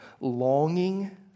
longing